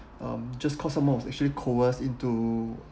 um just cause someone was actually coerced into